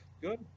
good